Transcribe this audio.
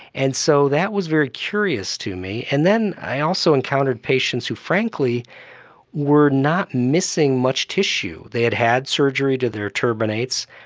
and so that was very curious to me. and then i also encountered patients who frankly were not missing much tissue. they had had surgery to their turbinates,